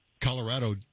Colorado